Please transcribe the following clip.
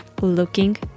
looking